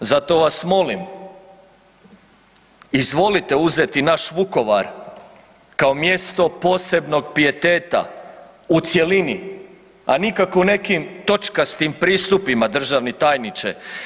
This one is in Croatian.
Zato vas molim, izvolite uzeti naš Vukovar kao mjesto posebnog pijeteta u cjelini, a nikako nekim točkastim pristupima, državni tajniče.